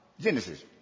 Genesis